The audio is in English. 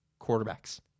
quarterbacks